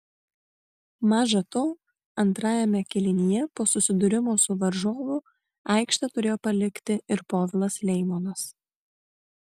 maža to antrajame kėlinyje po susidūrimo su varžovu aikštę turėjo palikti ir povilas leimonas